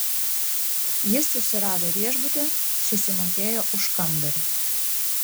jis susirado viešbutį susimokėjo už kambarį